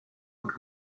und